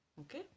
Okay